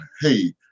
Hey